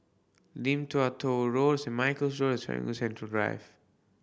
Lim Tua Tow Road Saint Michael's Road and Serangoon Central Drive